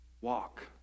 walk